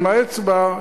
עם האצבע,